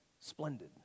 splendid